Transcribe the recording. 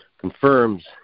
confirms